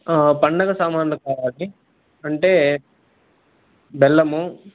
పండుగ సామాన్లు కావాలి అంటే బెల్లము